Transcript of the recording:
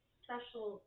special